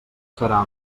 serà